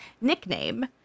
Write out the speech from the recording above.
nickname